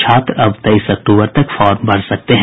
छात्र अब तेईस अक्टूबर तक फार्म भर सकते हैं